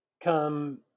come